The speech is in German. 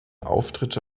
auftritte